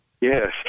Yes